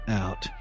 out